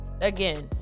again